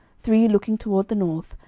three looking toward the north,